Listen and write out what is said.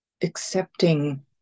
accepting